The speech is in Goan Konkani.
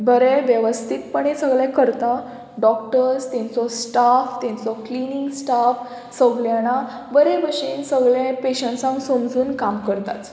बरें वेवस्थीतपणे सगळें करता डॉक्टर्स तेंचो स्टाफ तेंचो क्लिनींग स्टाफ सगळी जाणां बरे भशेन सगळें पेशंट्सांक समजून काम करताच